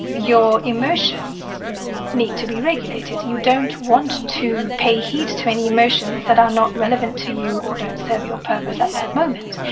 your emotions need to be regulated. you don't want to pay heed to any emotions that are not relevant to you or don't serve your purpose at that moment.